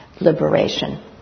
liberation